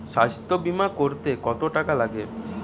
স্বাস্থ্যবীমা করতে কত টাকা লাগে?